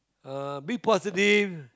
uh be positive